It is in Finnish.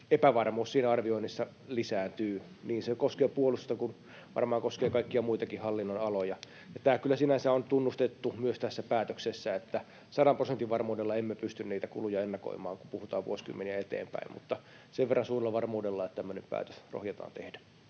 epävarmuus siinä arvioinnissa lisääntyy. Se koskee niin puolustusta kuin varmaan koskee kaikkia muitakin hallinnonaloja. Tämä kyllä sinänsä on tunnustettu myös tässä päätöksessä, että sadan prosentin varmuudella emme pysty niitä kuluja ennakoimaan, kun puhutaan vuosikymmenistä eteenpäin, mutta sen verran suurella varmuudella, että tämmöinen päätös rohjetaan tehdä.